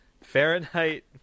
fahrenheit